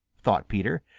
thought peter.